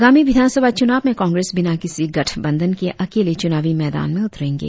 आगामी विधान सभा चुनाव में कांग्रेस बिना किसी गठबंधन के अकेले चुनावी मौदान में उतरेंगे